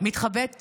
מתחבאת